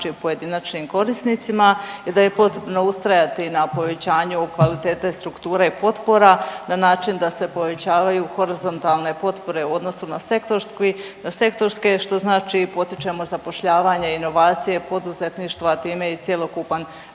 pojedinačnim korisnicima i da je potrebno ustrajati na povećanju kvalitete strukture potpora na način da se povećavaju horizontalne potpore u odnosu na sektorske što znači potičemo zapošljavanje, inovacije poduzetništva, a time i cjelokupan